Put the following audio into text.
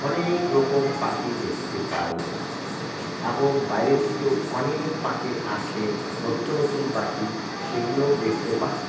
অনেক রকম পাখি দেখতে পাই এবং বাইরে থেকেও অনেক পাখি আসে নতুন নতুন পাখি সেগুলোও দেখতে পারি